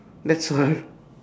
that's all